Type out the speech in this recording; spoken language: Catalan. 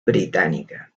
britànica